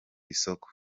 isoko